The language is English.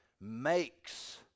makes